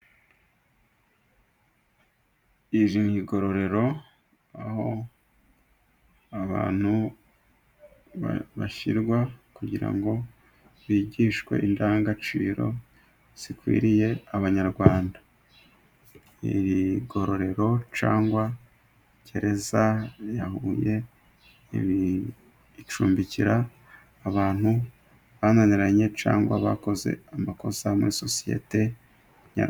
Iri ni igororero aho abantu bashyirwa kugira ngo bigishwe indangagaciro zikwiriye abanyarwanda. Ni igororero cyangwa gereza ya Huye icumbikira abantu bananiranye, cyangwa bakoze amakosa muri sosiyete nyarwanda.